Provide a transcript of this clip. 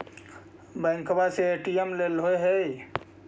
बैंकवा से ए.टी.एम लेलहो है?